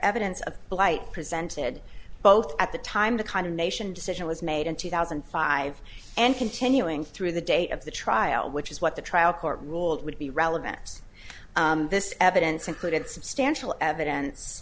evidence of blight presented both at the time the kind of nation decision was made in two thousand and five and continuing through the date of the trial which is what the trial court ruled would be relevant as this evidence included substantial evidence